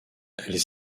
elles